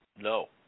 No